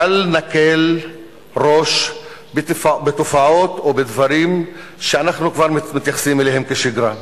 בל נקל ראש בתופעות ובדברים שאנחנו כבר מתייחסים אליהם כשגרה.